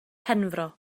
penfro